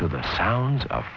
to the sounds of